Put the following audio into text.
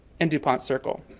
and dupont circle.